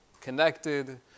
connected